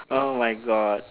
oh my God